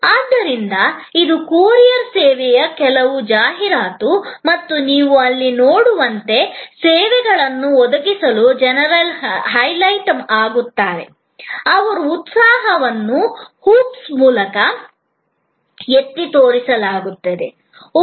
ಆದ್ದರಿಂದ ಇದು ಕೊರಿಯರ್ ಸೇವೆಯ ಕೆಲವು ಜಾಹೀರಾತು ಮತ್ತು ನೀವು ಇಲ್ಲಿ ನೋಡುವಂತೆ ಸೇವೆಗಳನ್ನು ಒದಗಿಸುವ ಜನರು ಹೈಲೈಟ್ ಆಗುತ್ತಾರೆ ಅವರ ಉತ್ಸಾಹವನ್ನು ಹೂಪ್ಸ್ ಮೂಲಕ ಎತ್ತಿ ತೋರಿಸಲಾಗುತ್ತದೆ